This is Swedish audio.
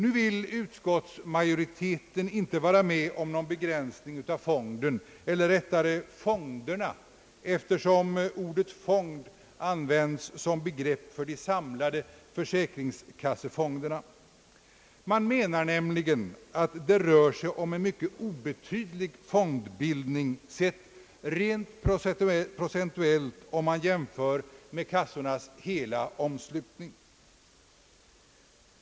Utskottsmajoriteten vill inte gå med på någon begränsning av fonden — eller rättare uttryckt fonderna, eftersom ordet »fond» används som begrepp för de samlade försäkringskassefonderna. Man menar nämligen att det rent procentuellt är fråga om en mycket obetydlig fondbildning jämfört med kassornas hela omslutning.